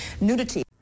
nudity